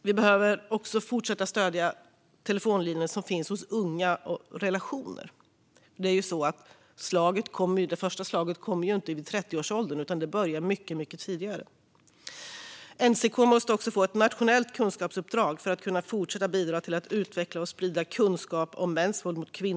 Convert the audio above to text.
Vi behöver också fortsätta att stödja telefonlinjen som finns hos Unga relationer. Det första slaget kommer inte i 30-årsåldern, utan det börjar mycket tidigare. NCK måste få ett nationellt kunskapsuppdrag för att kunna fortsätta att bidra till att utveckla och sprida kunskap om mäns våld mot kvinnor.